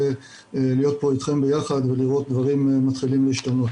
להיות פה איתכם ביחד ולראות שדברים מתחילים להשתנות.